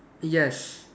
yes